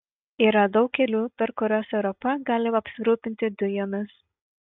yra daug kelių per kuriuos europa gali apsirūpinti dujomis